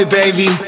baby